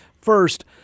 First